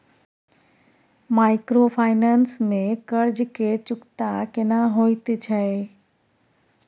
Microfinance में कर्ज के चुकता केना होयत छै?